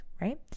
Right